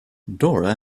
dora